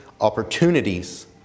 opportunities